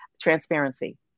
transparency